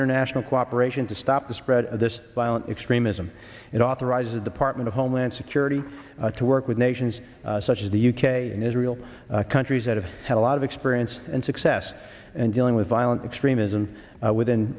international cooperation to stop the spread of this violent extremism it authorizes the department of homeland security to work with nations such as the u k and israel countries that have had a lot of experience and success and dealing with violent extremism within